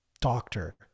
doctor